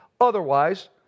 otherwise